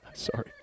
sorry